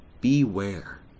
Beware